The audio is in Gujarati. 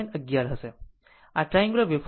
11 હશે અને આ ટ્રાન્ગુલર વેવફોર્મ માટે